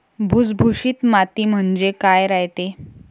भुसभुशीत माती म्हणजे काय रायते?